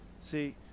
See